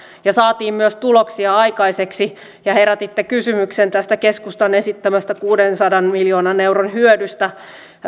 ja saatiin myös tuloksia aikaiseksi ja herätitte kysymyksen tästä keskustan esittämästä kuudensadan miljoonan euron hyödystä